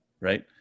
right